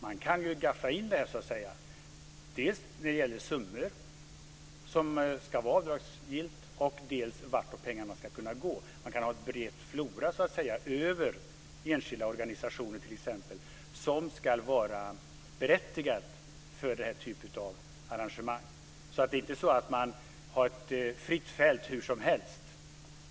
Man kan ju "gaffa in" detta, dels när det gäller avdragsgilla summor, dels vart pengarna ska gå. Det går att ha en bred flora av enskilda organisationer som ska vara berättigade att använda sig av sådana arrangemang. Tanken är inte att det ska finnas ett fritt fält hur som helst.